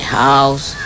house